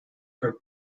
for